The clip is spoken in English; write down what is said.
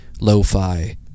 lo-fi